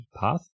path